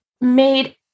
made